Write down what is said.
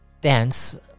Dance